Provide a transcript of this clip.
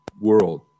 world